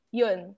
yun